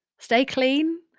stay clean.